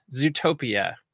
Zootopia